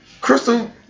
Crystal